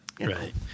Right